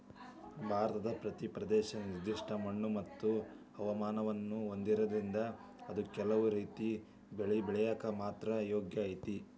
ಭಾರತದ ಪ್ರತಿ ಪ್ರದೇಶ ನಿರ್ದಿಷ್ಟ ಮಣ್ಣುಮತ್ತು ಹವಾಮಾನವನ್ನ ಹೊಂದಿರೋದ್ರಿಂದ ಅದು ಕೆಲವು ರೇತಿ ಬೆಳಿ ಬೆಳ್ಯಾಕ ಮಾತ್ರ ಯೋಗ್ಯ ಐತಿ